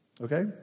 Okay